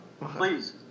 Please